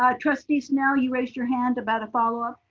ah trustee snell you raised your hand about a follow up?